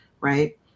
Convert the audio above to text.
right